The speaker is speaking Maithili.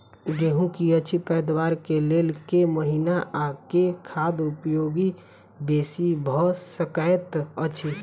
गेंहूँ की अछि पैदावार केँ लेल केँ महीना आ केँ खाद उपयोगी बेसी भऽ सकैत अछि?